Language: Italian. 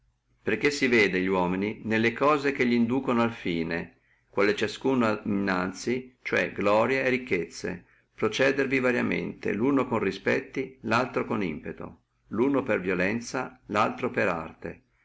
perché si vede li uomini nelle cose che li nducano al fine quale ciascuno ha innanzi cioè glorie e ricchezze procedervi variamente luno con respetto laltro con impeto luno per violenzia laltro con arte